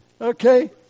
Okay